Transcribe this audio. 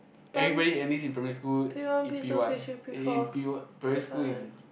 everybody enlist in primary school in P one in in P~ primary school in